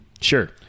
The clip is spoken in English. Sure